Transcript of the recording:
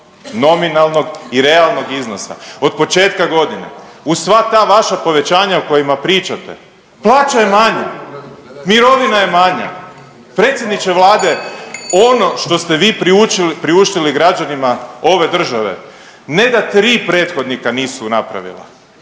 nominalnog i realnog iznosa od početka godine uz sva ta vaša povećanja o kojima pričate. Plaća je manja, mirovina je manja. Predsjedniče vlade ono što ste vi priuštili građanima ove države ne da tri prethodnika nisu napravila,